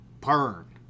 burn